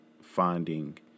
finding